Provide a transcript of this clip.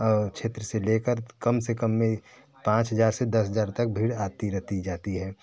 और क्षेत्र से लेकर कम से कम में पाँच हज़ार से दस हज़ार तक भीड़ आती रहती जाती है